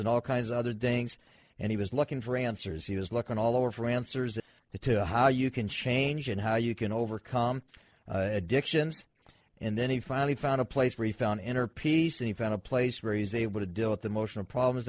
and all kinds other things and he was looking for answers he was looking all over france or is it the to how you can change and how you can overcome addictions and then he finally found a place where he found inner peace and he found a place where he was able to deal with the motion of problems